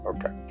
Okay